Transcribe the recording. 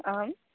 आम्